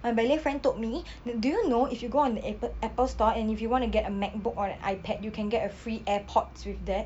my ballet friend told me that do you know if you go on Apple Apple store and if you want to get a MacBook or an iPad you can get a free AirPods with that